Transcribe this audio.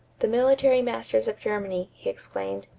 the military masters of germany, he exclaimed,